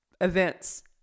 events